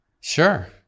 Sure